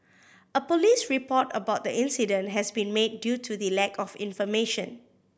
a police report about the incident has been made due to the lack of information